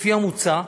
לפי המוצע,